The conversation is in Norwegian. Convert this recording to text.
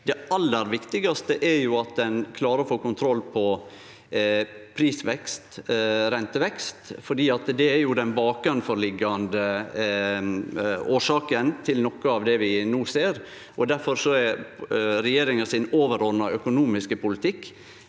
det aller viktigaste er at ein klarer å få kontroll på prisvekst og rentevekst, for det er den bakanforliggjande årsaka til noko av det vi no ser. Difor er den overordna økonomiske politikken